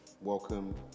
Welcome